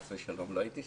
אני יודע לספר,